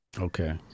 Okay